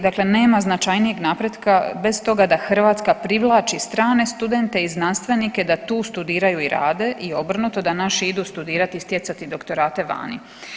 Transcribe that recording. Dakle, nema značajnijeg napretka bez toga da Hrvatska privlači strane studente i znanstvenike da tu studiraju i rade i obrnuto, da naši idi studirati i stjecati doktorate vani.